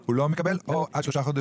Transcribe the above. הוא לא מקבל או עד שלושה חודשים.